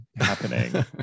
happening